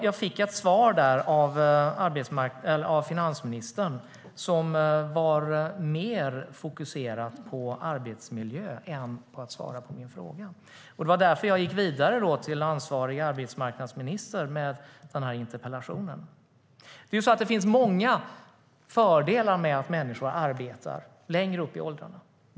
Jag fick ett svar av finansministern. Det var mer fokuserat på arbetsmiljö än ett svar på min fråga. Det var därför jag gick vidare till ansvarig arbetsmarknadsminister med den här interpellationen. Det finns många fördelar med att människor arbetar längre upp i åldrarna.